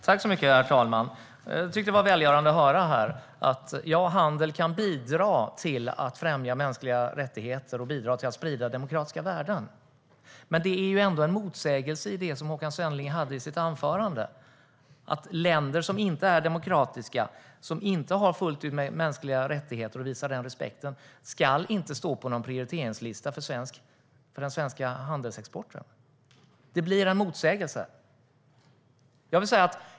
Herr talman! Det var välgörande att höra att handel kan bidra till att främja mänskliga rättigheter och att sprida demokratiska värden. Men det är ändå en motsägelse i det som Håkan Svenneling sa i sitt anförande, nämligen att länder som inte är demokratiska, som inte respekterar mänskliga rättigheter fullt ut, ska inte stå på någon prioriteringslista för den svenska handelsexporten. Det blir en motsägelse.